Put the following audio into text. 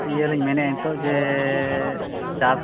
ᱤᱭᱟᱹ ᱞᱤᱧ ᱢᱮᱱᱮᱫ ᱫᱚ ᱡᱮ ᱪᱟᱥ